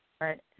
Right